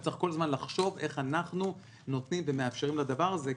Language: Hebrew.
צריך כל הזמן לחשוב איך אנחנו נותנים ומאפשרים לדבר הזה,